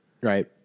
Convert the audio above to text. Right